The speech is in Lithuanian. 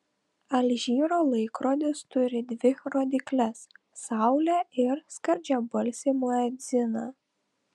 alžyro laikrodis turi dvi rodykles saulę ir skardžiabalsį muedziną